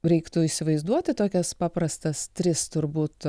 reiktų įsivaizduoti tokias paprastas tris turbūt